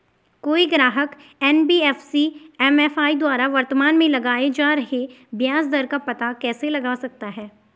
कोई ग्राहक NBFC MFI द्वारा वर्तमान में लगाए जा रहे ब्याज दर का पता कैसे लगा सकता है?